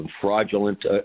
fraudulent